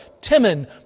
Timon